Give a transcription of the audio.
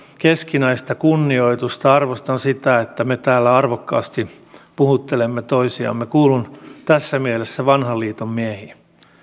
keskinäistä kunnioitusta arvostan sitä että me täällä arvokkaasti puhuttelemme toisiamme kuulun tässä mielessä vanhan liiton miehiin